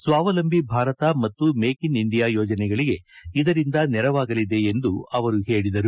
ಸ್ವಾವಲಂಬಿ ಭಾರತ ಮತ್ತು make in India ಯೋಜನೆಗಳಿಗೆ ಇದರಿಂದ ನೆರವಾಗಲಿದೆ ಎಂದು ಅವರು ತಿಳಿಸಿದರು